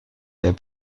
der